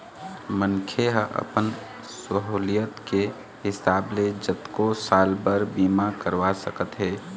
मनखे ह अपन सहुलियत के हिसाब ले जतको साल बर बीमा करवा सकत हे